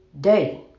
day